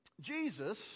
Jesus